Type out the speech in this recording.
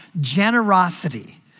generosity